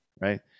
right